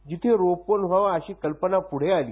तिथे रोपवन व्हावं अशी कल्पनाही पुढे आली